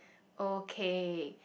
okay